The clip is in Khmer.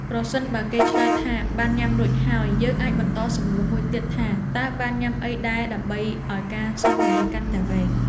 ប្រសិនបើគេឆ្លើយថាបានញ៉ាំរួចហើយ យើងអាចបន្តសំណួរមួយទៀតថាតើបានញ៉ាំអីដែរដើម្បីឱ្យការសន្ទនាកាន់តែវែង។